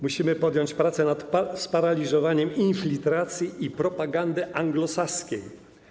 Musimy podjąć prace nad sparaliżowaniem infiltracji i propagandy anglosaskiej.